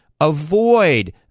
avoid